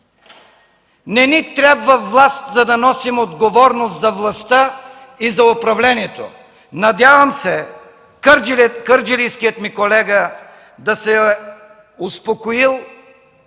Не ни трябва власт, за да носим отговорност за властта и за управлението! Надявам се кърджалийският ми колега да се е успокоил